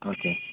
okay